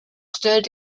stellt